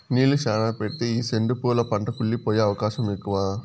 నీళ్ళు శ్యానా పెడితే ఈ సెండు పూల పంట కుళ్లి పోయే అవకాశం ఎక్కువ